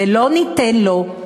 ולא ניתן לו,